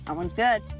um one's good.